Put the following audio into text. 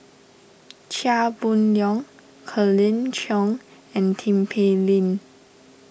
Chia Boon Leong Colin Cheong and Tin Pei Ling